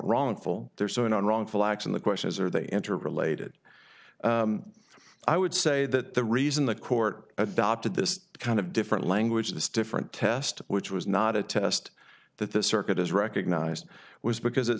wrongful there so in wrongful acts and the question is are they enter related i would say that the reason the court adopted this kind of different languages different test which was not a test that this circuit has recognized was because it